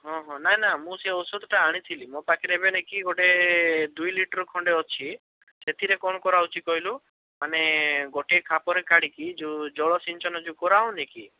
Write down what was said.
ହଁ ହଁ ନା ନା ମୁଁ ସେ ଔଷଧଟା ଆଣିଥିଲି ମୋ ପାଖରେ ଏବେ ନାହିଁକି ଗୋଟେ ଦୁଇ ଲିଟର୍ ଖଣ୍ଡେ ଅଛି ସେଥିରେ କ'ଣ କରାହେଉଛି କହିଲୁ ମାନେ ଗୋଟେ ଖାପରେ କାଢ଼ିକି ଯେଉଁ ଜଳ ସିଞ୍ଚନ ଯେଉଁ କରାହେଉନି କି